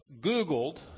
googled